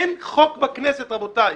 אין חוק בכנסת, רבותיי,